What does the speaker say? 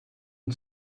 and